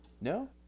no